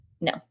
No